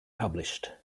published